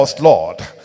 Lord